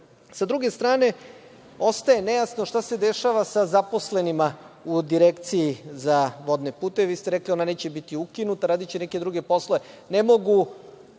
druge strane, ostaje nejasno šta se dešava sa zaposlenima u Direkciji za vodne puteve. Vi ste rekli da ona neće biti ukinuta, radiće neke druge poslove. Ne može